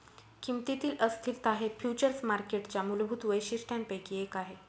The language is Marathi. किमतीतील अस्थिरता हे फ्युचर्स मार्केटच्या मूलभूत वैशिष्ट्यांपैकी एक आहे